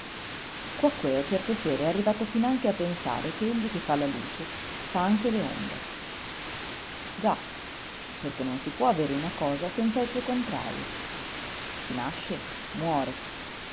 pensiero quaquèo certe sere è arrivato finanche a pensare che egli che fa la luce fa anche le ombre già perché non si può avere una cosa senza il suo contrario chi nasce muore